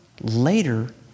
later